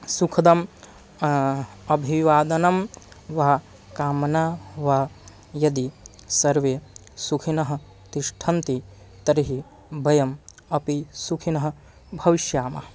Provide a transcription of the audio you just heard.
सुखदम् अभिवादनं वा कामना वा यदि सर्वे सुखिनः तिष्ठन्ति तर्हि वयम् अपि सुखिनः भविष्यामः